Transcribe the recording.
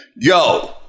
Yo